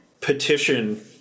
petition